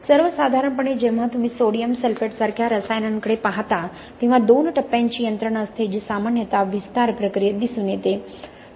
सर्वसाधारणपणे जेव्हा तुम्ही सोडियम सल्फेट सारख्या रसायनांकडे पाहता तेव्हा दोन टप्प्यांची यंत्रणा असते जी सामान्यत विस्तार प्रक्रियेत दिसून येते